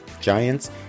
giants